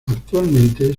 actualmente